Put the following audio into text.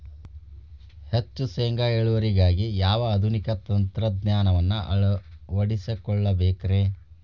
ಹೆಚ್ಚು ಶೇಂಗಾ ಇಳುವರಿಗಾಗಿ ಯಾವ ಆಧುನಿಕ ತಂತ್ರಜ್ಞಾನವನ್ನ ಅಳವಡಿಸಿಕೊಳ್ಳಬೇಕರೇ?